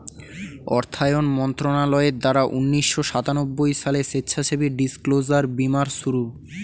অর্থায়ন মন্ত্রণালয়ের দ্বারা উন্নিশো সাতানব্বই সালে স্বেচ্ছাসেবী ডিসক্লোজার বীমার শুরু